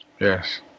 Yes